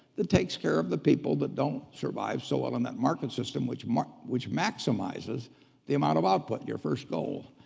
that takes care of the people that don't survive so well in that market system which which maximizes the amount of output, your first goal.